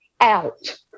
out